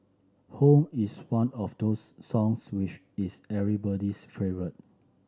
home is one of those songs which is everybody's favourite